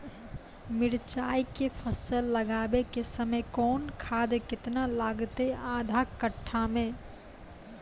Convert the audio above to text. मिरचाय के फसल लगाबै के समय कौन खाद केतना लागतै आधा कट्ठा मे?